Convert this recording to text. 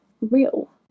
real